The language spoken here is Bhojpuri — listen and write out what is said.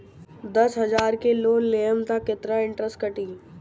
दस हजार के लोन लेहम त कितना इनट्रेस कटी?